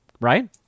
right